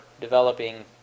developing